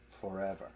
forever